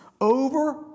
over